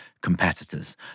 competitors